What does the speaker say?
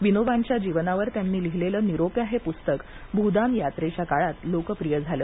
विनोबांच्या जीवनावर त्यांनी लिहिलेले निरोप्या हे पुस्तक भूदान यात्रेच्या काळात लोकप्रिय झाले